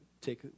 take